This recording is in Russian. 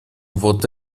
вот